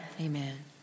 Amen